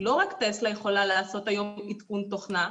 לא רק טסלה יכולה לעשות היום עדכון תוכנה,